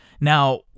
Now